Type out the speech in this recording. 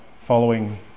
following